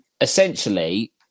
essentially